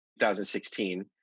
2016